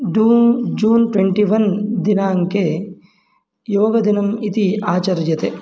डून् June twenty one दिनाङ्के योगदिनम् इति आचर्यते